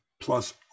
plus